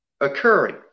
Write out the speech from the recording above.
occurring